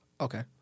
Okay